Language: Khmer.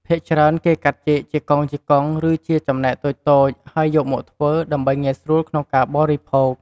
ភាគច្រើនគេកាត់ចេកជាកង់ៗ ឬជាចំណែកតូចៗ ហើយយកមកធ្វើ ដើម្បីងាយស្រួលក្នុងការបរិភោគ។